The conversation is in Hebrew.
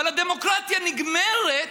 אבל הדמוקרטיה נגמרת,